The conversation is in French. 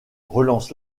relance